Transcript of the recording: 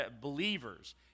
believers